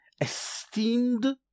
esteemed